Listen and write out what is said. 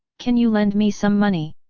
can you lend me some money?